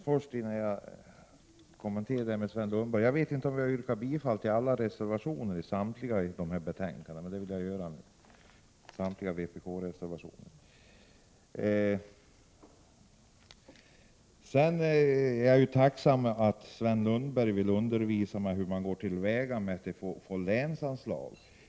Herr talman! Jag vill först yrka bifall till vpk-reservationerna i samtliga betänkanden. Jag är tacksam att Sven Lundberg vill undervisa mig i hur man går till väga för att få länsanslag.